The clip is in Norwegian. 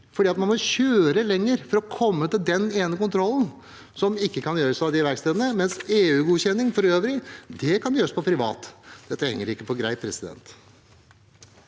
fordi man må kjøre lenger for å komme til den ene kontrollen, som ikke kan gjøres av de verkstedene, mens EU-godkjenning for øvrig kan gjøres på private verksteder. Dette henger ikke på greip. Presidenten